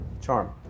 charm